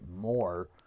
more